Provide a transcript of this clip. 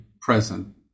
present